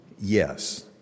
Yes